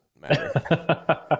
matter